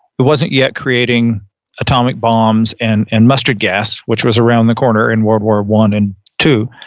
it wasn't yet creating atomic bombs and and mustard gas, which was around the corner in world war one and two,